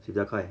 比较快